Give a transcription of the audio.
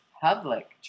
public